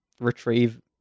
retrieve